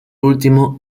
último